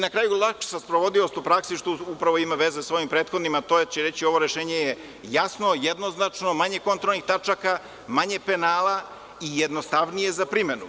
Na kraju, lakša sprovodivost u praksi, što upravo ima veze sa ovim prethodnim, a to je da će reći da je ovo rešenje jasno, jednoznačno, manje kontrolnih tačaka, manje penala i jednostavnije za primenu.